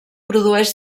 produeix